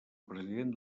president